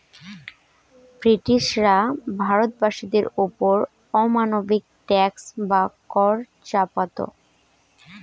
ব্রিটিশরা ভারতবাসীদের ওপর অমানবিক ট্যাক্স বা কর চাপাত